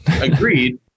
Agreed